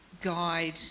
guide